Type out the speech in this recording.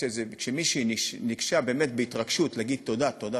כשמישהי ניגשה באמת בהתרגשות להגיד: תודה,